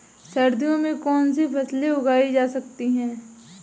सर्दियों में कौनसी फसलें उगाई जा सकती हैं?